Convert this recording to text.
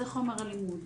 זה חומר הלימוד,